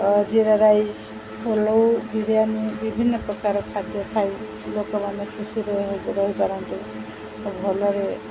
ଜିରା ରାଇସ୍ ପଲଉ ବିରିୟାନି ବିଭିନ୍ନ ପ୍ରକାର ଖାଦ୍ୟ ଖାଇ ଲୋକମାନେ ଖୁସିରେ ରହିପାରନ୍ତୁ ଭଲରେ